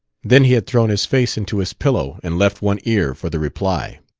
then he had thrown his face into his pillow and left one ear for the reply.